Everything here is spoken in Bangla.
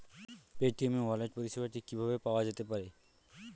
পেটিএম ই ওয়ালেট পরিষেবাটি কিভাবে পাওয়া যেতে পারে?